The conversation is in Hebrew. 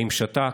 האם שתק.